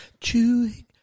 Chewing